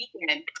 Weekend